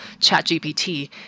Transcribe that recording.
ChatGPT